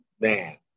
man